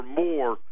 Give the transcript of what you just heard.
more